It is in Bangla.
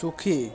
সুখী